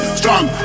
strong